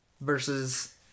versus